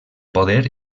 poder